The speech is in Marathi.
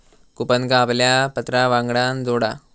कूपनका आपल्या पत्रावांगडान जोडा